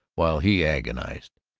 while he agonized,